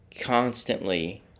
Constantly